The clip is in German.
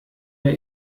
der